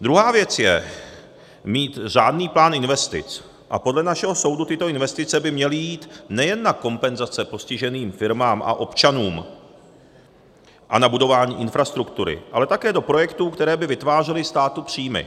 Druhá věc je, mít řádný plán investic a podle našeho soudu tyto investice by měly jít nejen na kompenzace postiženým firmám a občanům a na budování infrastruktury, ale také do projektů, které by vytvářely státu příjmy.